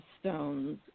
stones